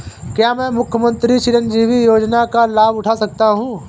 क्या मैं मुख्यमंत्री चिरंजीवी योजना का लाभ उठा सकता हूं?